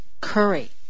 curry